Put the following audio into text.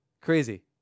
Crazy